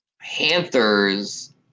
Panthers